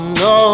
no